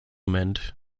mend